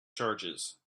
charges